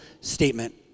statement